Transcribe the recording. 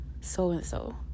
so-and-so